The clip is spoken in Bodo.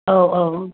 औ औ